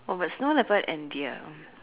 oh but snow leopard and deer oh